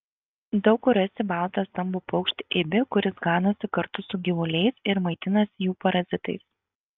daug kur rasi baltą stambų paukštį ibį kuris ganosi kartu su gyvuliais ir maitinasi jų parazitais